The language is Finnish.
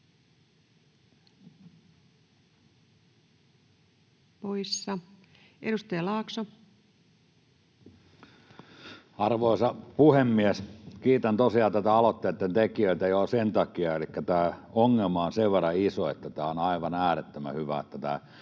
poissa. — Edustaja Laakso. Arvoisa puhemies! Kiitän tosiaan tämän aloitteen tekijöitä jo sen takia, että tämä ongelma on sen verran iso, että on aivan äärettömän hyvä,